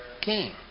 king